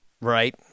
right